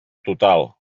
total